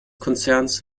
konzerns